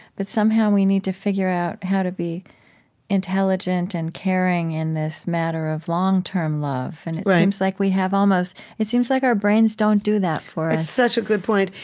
but somehow, we need to figure out how to be intelligent and caring in this matter of long-term love, and it seems like we have almost it seems like our brains don't do that for us it's such a good point,